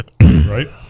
Right